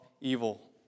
evil